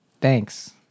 thanks